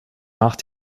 nach